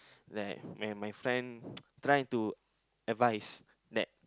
that when my friend trying to advice that